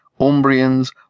Umbrians